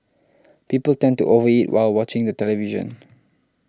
people tend to over eat while watching the television